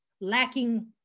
lacking